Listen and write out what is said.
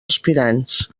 aspirants